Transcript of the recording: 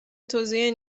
توزیع